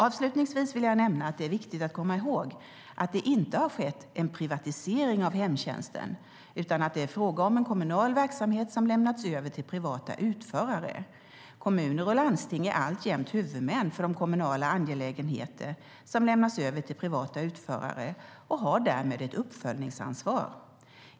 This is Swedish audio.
Avslutningsvis vill jag nämna att det är viktigt att komma ihåg att det inte har skett en privatisering av hemtjänsten utan att det är fråga om en kommunal verksamhet som lämnats över till privata utförare. Kommuner och landsting är alltjämt huvudmän för de kommunala angelägenheter som lämnas över till privata utförare och har därmed ett uppföljningsansvar.